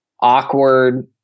awkward